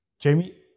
Jamie